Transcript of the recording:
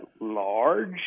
large